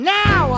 now